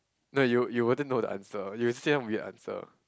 no you you wouldn't know the answer you will say weird answer